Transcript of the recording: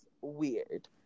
weird